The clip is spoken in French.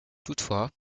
toutefois